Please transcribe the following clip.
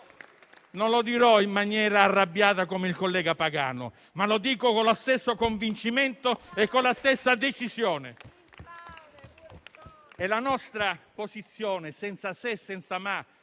Non lo dirò in maniera arrabbiata come il collega Pagano, ma lo dico con lo stesso convincimento e con la stessa decisione. La nostra posizione è senza se e senza ma